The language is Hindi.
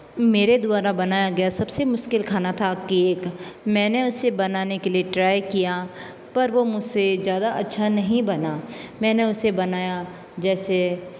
मेरे द्वारा बनाया गया सबसे मुश्किल खाना था केक मैंने उसे बनाने के लिए ट्राई किया पर वो मुझसे ज़्यादा अच्छा नहीं बना मैंने उसे बनाया जैसे